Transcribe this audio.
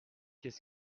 qu’est